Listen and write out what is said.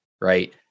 Right